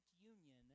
union